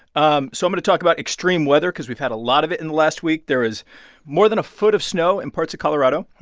i'm going so but to talk about extreme weather because we've had a lot of it in the last week. there is more than a foot of snow in parts of colorado.